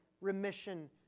remission